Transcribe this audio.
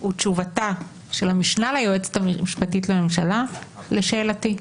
הוא תשובתה של המשנה ליועצת המשפטית לממשלה לשאלתי.